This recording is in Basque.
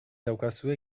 daukazue